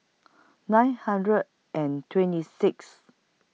nine hundred and twenty Sixth